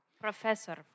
Professor